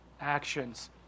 actions